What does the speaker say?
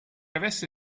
avesse